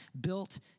built